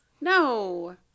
no